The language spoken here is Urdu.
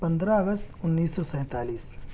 پندرہ اگست انیس سو سینتالیس